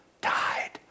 died